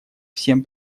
всем